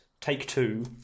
Take-Two